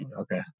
Okay